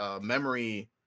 memory